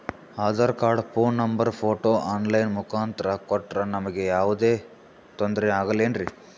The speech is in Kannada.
Aadhaar card, phone number, photo online ಮುಖಾಂತ್ರ ಕೊಟ್ರ ನಮಗೆ ಯಾವುದೇ ತೊಂದ್ರೆ ಆಗಲೇನ್ರಿ?